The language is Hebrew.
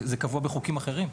זה קבוע בחוקים אחרים.